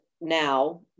now